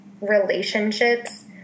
relationships